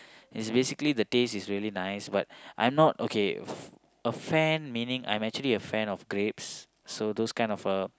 is basically the taste is very nice but I'm not okay f~ a fan meaning I'm a fan of grapes so those kind of a